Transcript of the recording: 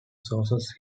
sources